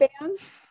bands